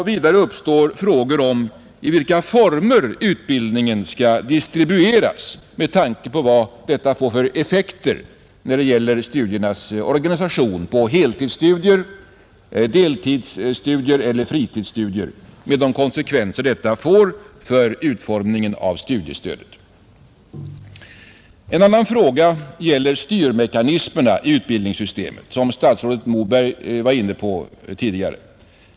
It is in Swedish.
Vidare uppstår frågor om i vilka former utbildningen skall distribueras med tanke på vad detta får för effekter vad gäller studiernas organisation på heltids-, deltidseller fritidsstudier med de konsekvenser detta får för utformningen av studiestödet. En annan fråga gäller styrmekanismerna i utbildningssystemet, något som statsrådet Moberg tidigare var inne på.